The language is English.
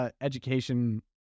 education